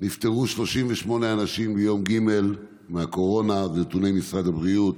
נפטרו 38 אנשים מהקורונה, מנתוני משרד הבריאות,